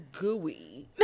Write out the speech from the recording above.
gooey